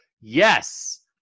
yes